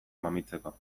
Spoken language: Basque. mamitzeko